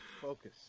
Focus